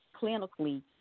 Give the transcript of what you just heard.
clinically